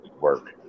work